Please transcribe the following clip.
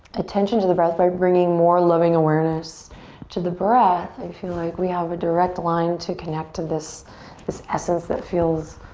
attention to the breath, by bringing more loving awareness to the breath, i feel like we have a direct line to connect to this this essence that feels,